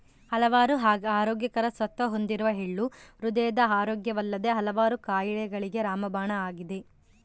ಹಲವಾರು ಆರೋಗ್ಯಕರ ಸತ್ವ ಹೊಂದಿರುವ ಎಳ್ಳು ಹೃದಯದ ಆರೋಗ್ಯವಲ್ಲದೆ ಹಲವಾರು ಕಾಯಿಲೆಗಳಿಗೆ ರಾಮಬಾಣ ಆಗಿದೆ